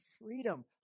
freedom